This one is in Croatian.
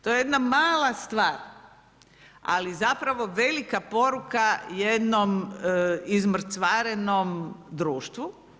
To je jedna mala stvar, ali zapravo velika poruka jednom izmrcvarenom društvu.